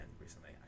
recently